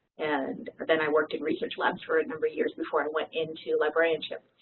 and then i worked in research labs for a number years before i went into librarianship.